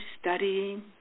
studying